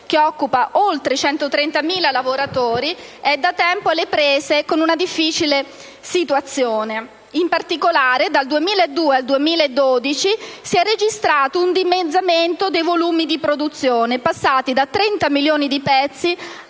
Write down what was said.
che occupa oltre 130.000 lavoratori, è da tempo alle prese con una difficile situazione. In particolare, dal 2002 al 2012 si è registrato un dimezzamento dei volumi di produzione, passati da 30 milioni di pezzi